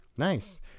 Nice